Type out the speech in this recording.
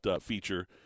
feature